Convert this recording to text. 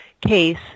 case